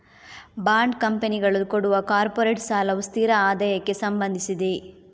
bond ಕಂಪನಿಗಳು ಕೊಡುವ corporate ಸಾಲವು ಸ್ಥಿರ ಆದಾಯಕ್ಕೆ ಸಂಬಂಧಿಸಿದೆ